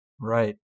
Right